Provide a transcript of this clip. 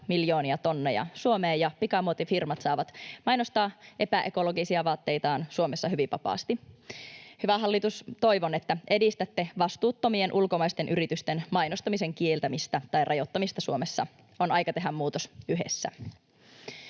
miljoonia tonneja Suomeen, ja pikamuotifirmat saavat mainostaa epäekologisia vaatteitaan Suomessa hyvin vapaasti. Hyvä hallitus, toivon, että edistätte vastuuttomien ulkomaisten yritysten mainostamisen kieltämistä tai rajoittamista Suomessa. On aika tehdä muutos yhdessä.